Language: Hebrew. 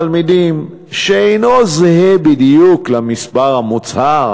שבהם דיווחו הישיבות על מספר תלמידים שאינו זהה בדיוק למספר המוצהר,